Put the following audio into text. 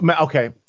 Okay